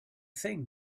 thing